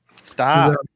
Stop